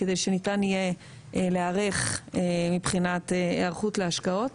כדי שניתן יהיה להיערך מבחינת היערכות להשקעות.